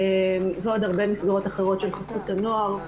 ועוד הרבה מסגרות אחרות שבחסות הנוער.